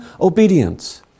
obedience